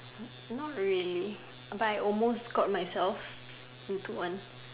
not really but I almost got myself into one